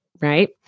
right